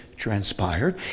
Transpired